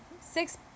Six